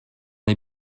les